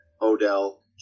Odell